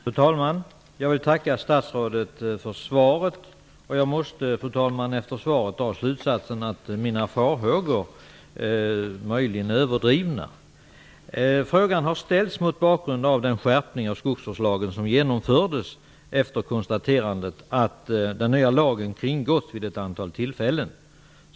Fru talman! Jag vill tacka statsrådet för svaret. Jag måste efter svaret dra slutsatsen att mina farhågor möjligen var överdrivna. Frågan har ställts mot bakgrund av den skärpning av skogsvårdslagen som genomfördes efter konstaterandet att den nya lagen kringgåtts vid ett antal tillfällen.